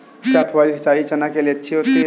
क्या फुहारी सिंचाई चना के लिए अच्छी होती है?